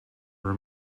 her